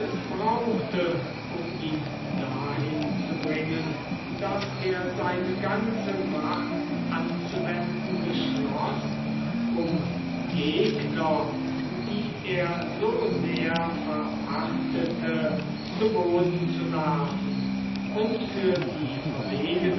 brauchte um ihn dahin zu bringen daß er seine ganze macht anzuwenden beschloß um gegner die er so sehr verachtete zu boden zu werfen und für die verwegenheit